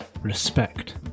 respect